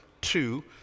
two